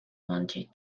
wanted